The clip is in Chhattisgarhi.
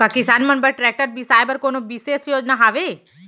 का किसान मन बर ट्रैक्टर बिसाय बर कोनो बिशेष योजना हवे?